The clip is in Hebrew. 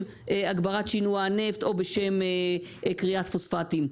הגברת שינוע הנפט או בשם כריית פוספטים.